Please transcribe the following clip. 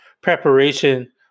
preparation